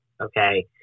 okay